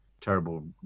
terrible